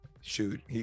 shoot